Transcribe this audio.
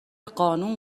قانون